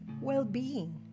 well-being